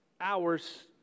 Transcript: hours